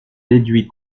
déduis